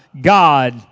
God